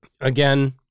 again